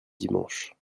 dimanche